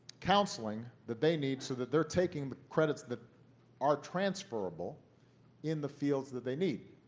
counseling that they need so that they're taking the credits that are transferrable in the fields that they need,